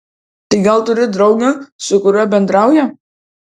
tai gal turi draugą su kuriuo bendrauja